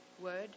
word